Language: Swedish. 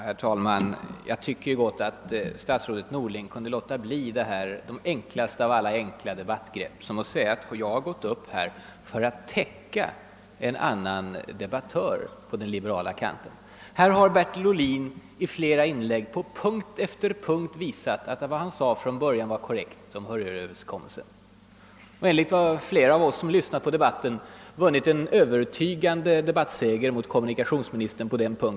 Herr talman! Jag tycker att statsrådet Norling gott kunde avstå från det enklaste av alla enkla debattgrepp. Han sade att jag gått upp för att »täcka» en annan debattör på den liberala kanten. Här har Bertil Ohlin i flera inlägg, punkt efter punkt, visat att det han från början sade om Hörjelöverenskommelsen var korrekt. Enligt flera av oss som lyssnat på debatten har han vunnit en övertygande debattseger över kommunikationsministern i den här frågan.